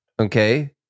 okay